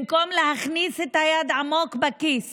במקום להכניס את היד עמוק לכיס